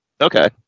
Okay